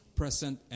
present